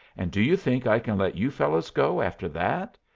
and do you think i can let you fellows go after that?